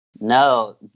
No